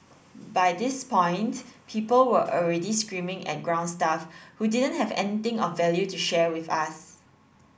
by this point people were already screaming at ground staff who didn't have anything of value to share with us